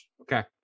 Okay